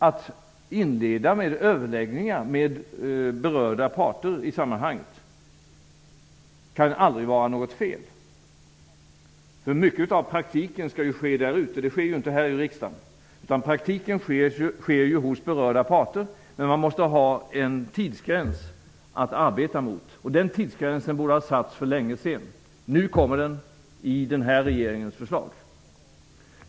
Att inleda överläggningar med i sammanhanget berörda parter kan aldrig vara något fel, för mycket av praktiken skall ju ske där ute. Det sker inte här i riksdagen, utan praktiken sker hos berörda parter, men man måste ha en tidsgräns att arbeta mot. Den tidsgränsen borde ha satts för länge sedan. Nu kommer den, i den här regeringens förslag.